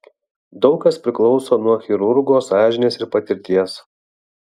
daug kas priklauso nuo chirurgo sąžinės ir patirties